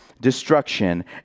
destruction